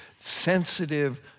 sensitive